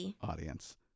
audience